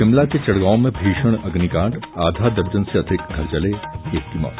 शिमला के चिड़गांव में भीषण अग्निकांड आधा दर्जन से अधिक घर जलें एक की मौत